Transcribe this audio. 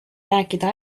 rääkida